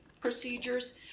procedures